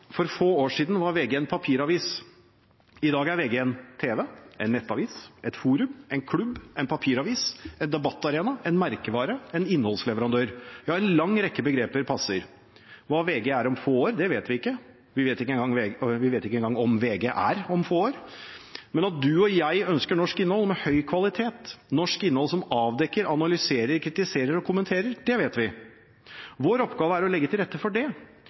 For få år siden var VG en papiravis. I dag er VG en tv-kanal, en nettavis, et forum, en klubb, en papiravis, en debattarena, en merkevare, en innholdsleverandør – ja, en lang rekke begreper passer. Hva VG er om få år, vet vi ikke, vi vet ikke engang om VG er om få år. Men at du og jeg ønsker norsk innhold med høy kvalitet, norsk innhold som avdekker, analyserer, kritiserer og kommenterer, vet vi. Vår oppgave er å legge til rette for det.